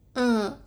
mm